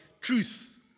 truth